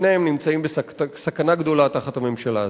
ושניהם נמצאים בסכנה גדולה תחת הממשלה הזאת.